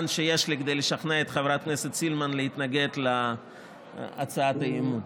שיש לי כדי לשכנע את חברת הכנסת סילמן להתנגד להצעת האי-אמון.